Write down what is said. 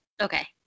okay